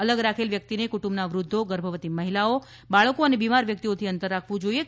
અલગ રાખેલ વ્યક્તિને કુટુંબના વૃદ્ધો ગર્ભવતી મહિલાઓ બાળકો અને બિમાર વ્યક્તિઓથી અંતર રાખવું જોઇએ